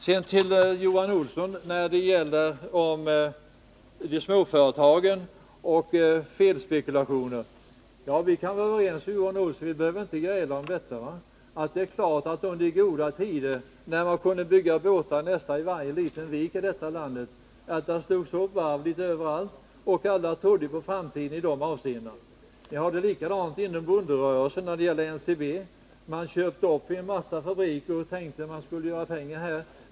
Jag vill till Johan Olsson i frågan om småföretag och felspekulationer säga att vi inte behöver gräla om det. Vi kan vara överens om att man förut, när det var goda tider, kunde bygga båtar i nästan varje liten vik i vårt land. Varv växte upp litet överallt, och alla trodde på framtiden på det området. Det var likadant inom bonderörelsen. NCB köpte upp en mängd fabriker, som man tänkte att man skulle göra pengar på.